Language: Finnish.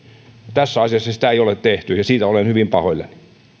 tässä asiassa sitä ei ole tehty ja siitä olen hyvin pahoillani